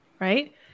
Right